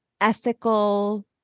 ethical